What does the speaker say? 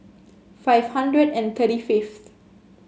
five hundred and thirty fifth